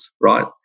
right